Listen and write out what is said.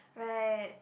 right